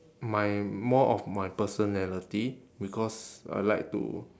my more of my personality because I like to